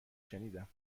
شنیدم